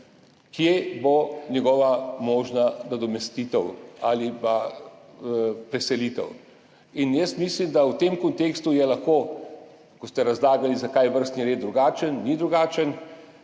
kje bo njegova možna nadomestitev ali pa preselitev. Jaz mislim, da je v tem kontekstu lahko, ko ste razlagali, zakaj je vrstni red drugačen, ni drugačen,